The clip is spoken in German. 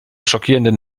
schockierenden